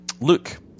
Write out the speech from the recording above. Luke